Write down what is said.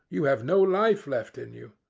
you have no life left in you.